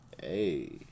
Hey